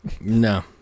No